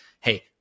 hey